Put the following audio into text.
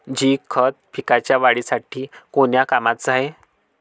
Zinc खत पिकाच्या वाढीसाठी कोन्या कामाचं हाये?